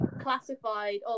classified